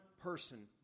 person